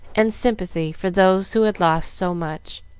and sympathy for those who had lost so much.